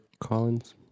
Collins